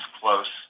close